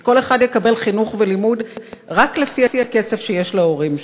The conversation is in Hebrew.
וכל אחד יקבל חינוך ולימוד רק לפי הכסף שיש להורים שלו.